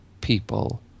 people